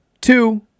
Two